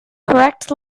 correct